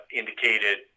indicated